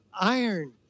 iron